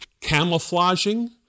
camouflaging